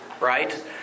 right